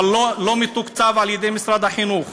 אבל לא מתוקצב על-ידי משרד החינוך